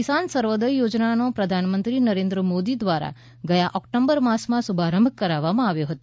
કિસાન સૂર્યોદય યોજનાનો પ્રધાનમંત્રી નરેન્દ્ર મોદી દ્વારા ગયા ઓક્ટોબર માસમાં શુભારંભ કરવામાં આવ્યો હતો